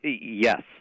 Yes